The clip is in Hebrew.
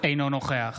אינו נוכח